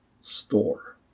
store